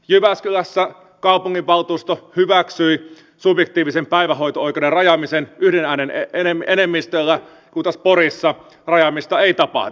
jyväskylässä kaupunginvaltuusto hyväksyi subjektiivisen päivähoito oikeuden rajaamisen yhden äänen enemmistöllä kun taas porissa rajaamista ei tapahdu